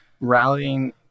rallying